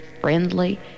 friendly